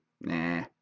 Nah